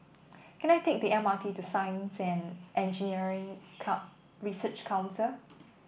can I take the M R T to Science and Engineering Research Council